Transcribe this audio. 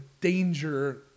danger